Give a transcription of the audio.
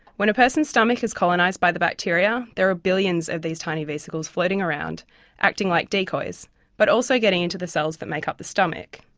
when a person's stomach is colonised by the bacteria there are billions of these tiny vesicles floating around acting like decoys but also getting into the cells that make up the stomach.